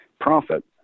profit